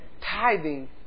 tithing